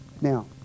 Now